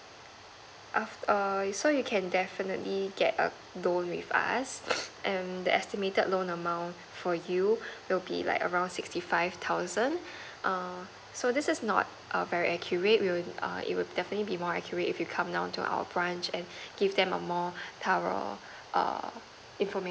af~ err so you can definitely get a loan with us and the estimated loan amount for you it will be like around sixty five thousand err so this is not a very accurate it will err it will definitely will more accurate if you come down to our branch and give them a more thorough err information